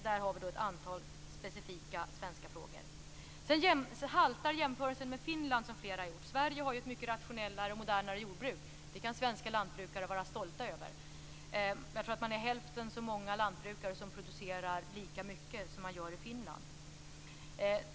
Där har vi ett antal specifika svenska frågor. Jämförelsen med Finland, som flera har gjort, haltar. Sverige har ett mycket rationellare och modernare jordbruk. Det kan svenska lantbrukare vara stolta över. Jag tror att hälften så många lantbrukare producerar lika mycket som man gör i Finland.